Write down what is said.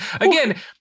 Again